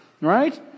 Right